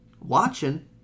Watching